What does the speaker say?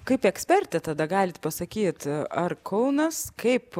kaip ekspertė tada galit pasakyt ar kaunas kaip